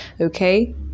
okay